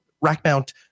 rack-mount